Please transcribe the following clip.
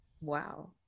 wow